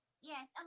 yes